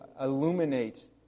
illuminate